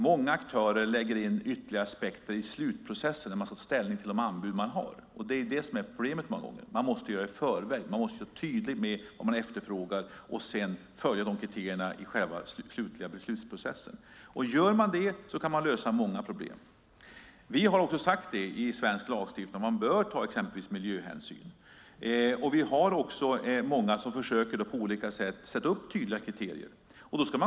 Många aktörer lägger in ytterligare aspekter i slutprocessen när man ska ta ställning till de anbud som finns. Det är det som många gånger är problemet. Man måste i förväg vara tydlig med vad man efterfrågar och sedan följa kriterierna i den slutliga beslutsprocessen. Om man gör det kan man lösa många problem. Vi har med i svensk lagstiftning att man bör ta miljöhänsyn. Det finns också många som på olika sätt försöker sätta upp tydliga kriterier.